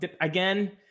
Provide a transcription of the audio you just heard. Again